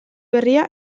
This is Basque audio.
berria